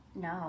No